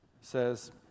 says